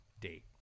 Date